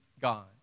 God